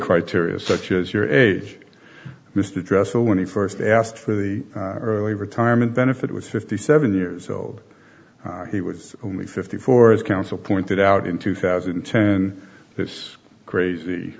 criteria such as your age mr tressel when he first asked for the early retirement benefit was fifty seven years old he was only fifty four his counsel pointed out in two thousand and ten that's crazy